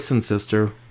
sister